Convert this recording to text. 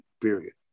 period